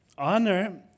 Honor